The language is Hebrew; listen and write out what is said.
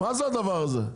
מה זה הדבר הזה?